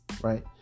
right